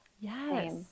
yes